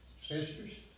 sisters